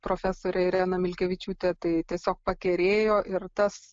profesore irena milkevičiūte tai tiesiog pakerėjo ir tas